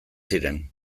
ziren